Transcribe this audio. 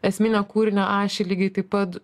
esminę kūrinio ašį lygiai taip pat